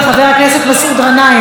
חבר הכנסת מסעוד גנאים,